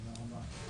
תודה.